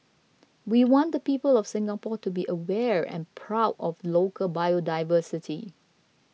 we want the people of Singapore to be aware and proud of local biodiversity